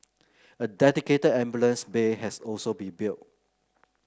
a dedicated ambulance bay has also been built